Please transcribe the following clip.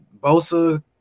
Bosa